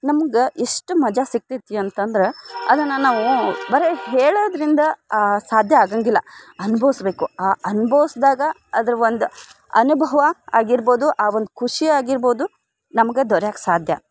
ನಮ್ಗೆ ಎಷ್ಟು ಮಜಾ ಸಿಕ್ತೈತಿ ಅಂತಂದ್ರೆ ಅದನ್ನು ನಾವೂ ಬರೀ ಹೇಳೋದರಿಂದ ಸಾಧ್ಯ ಆಗೋಂಗಿಲ್ಲ ಅನ್ಭವ್ಸಿ ಬೇಕು ಆ ಅನುಭವ್ಸ್ದಾಗ ಅದ್ರ ಒಂದು ಅನುಭವ ಆಗಿರ್ಬೋದು ಆ ಒಂದು ಖುಷಿ ಆಗಿರ್ಬೋದು ನಮ್ಗೆ ದೊರೆಯೋಕೆ ಸಾಧ್ಯ